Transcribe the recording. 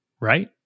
right